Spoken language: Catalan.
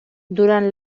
durant